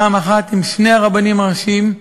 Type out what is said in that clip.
פעם אחת עם שני הרבנים הראשיים,